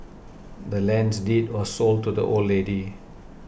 the land's deed was sold to the old lady